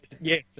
Yes